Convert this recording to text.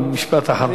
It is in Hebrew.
משפט אחרון.